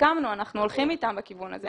הסכמנו ואנחנו הולכים אתם בכיוון הזה.